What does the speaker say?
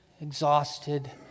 exhausted